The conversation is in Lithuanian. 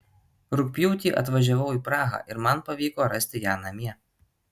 rugpjūtį atvažiavau į prahą ir man pavyko rasti ją namie